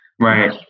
Right